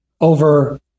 over